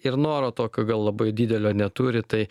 ir noro tokio gal labai didelio neturi tai